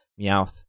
Meowth